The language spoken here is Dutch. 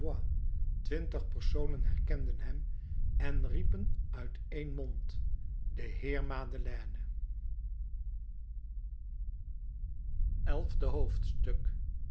twintig personen herkenden hem en riepen uit één mond de heer madeleine elfde hoofdstuk